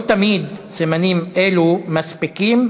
לא תמיד סימנים אלו מספיקים,